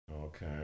Okay